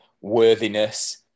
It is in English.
worthiness